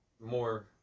more